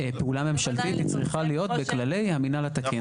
כמו כל פעולה ממשלתית היא צריכה להיות בכללי המינהל התקין.